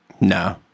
no